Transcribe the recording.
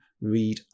read